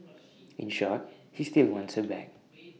in short he still wants her back